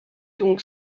donc